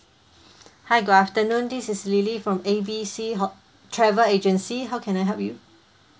hi good afternoon this is lily from A B C ho~ travel agency how can I help you